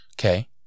Okay